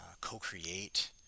co-create